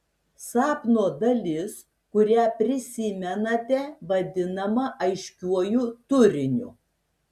sapno dalis kurią prisimenate vadinama aiškiuoju turiniu